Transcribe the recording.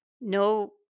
no